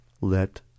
Let